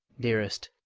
dearest,